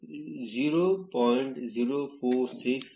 046 ಆಗಿದೆ